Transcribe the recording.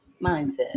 Mindset